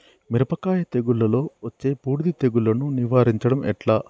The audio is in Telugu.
మిరపకాయ తెగుళ్లలో వచ్చే బూడిది తెగుళ్లను నివారించడం ఎట్లా?